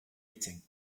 eating